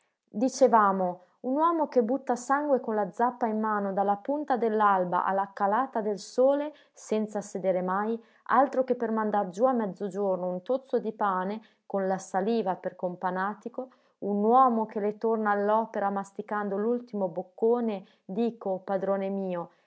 dicevamo un uomo che butta sangue con la zappa in mano dalla punta dell'alba alla calata del sole senza sedere mai altro che per mandar giù a mezzogiorno un tozzo di pane con la saliva per companatico un uomo che le torna all'opera masticando l'ultimo boccone dico padrone mio